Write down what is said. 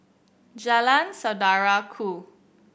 Jalan Saudara Ku